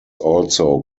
also